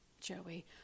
Joey